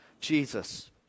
Jesus